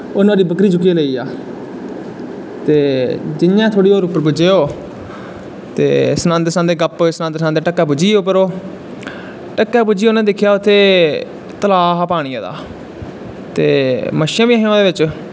ओह् नुआढ़ी बकरी चुक्कियै लेईया ते जियां उप्पर पुज्जेआ ओह् ते सनांदे सनांदे गप्पां ढक्क पुज्जिये उप्पर ओह् ढक्कै पुज्जियै उन्नै दिक्खेआ कि तलाऽ हा उत्थें पानियें दा ते मच्छियां बी हियां ओह्दे च